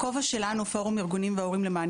הכובע שלנו בפורום ארגונים והורים למען